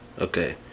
Okay